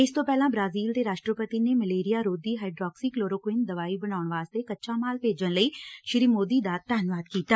ਇਸ ਤੋਂ ਪਹਿਲਾਂ ਬ੍ਰਾਜ਼ਿਲ ਦੇ ਰਾਸਟਰਪਤੀ ਨੇ ਮਲੇਰੀਆ ਰੋਧੀ ਹਾਈਡਰੋਕਸੀ ਕਲੋਰੋ ਕੁਈਨ ਦਵਾਈ ਬਣਾਉਣ ਵਾਸਤੇ ਕੱਚਾ ਮਾਲ ਭੇਜਣ ਲਈ ਸ੍ਰੀ ਮੋਦੀ ਦਾ ਧੰਨਵਾਦ ਕੀਤਾ